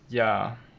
ya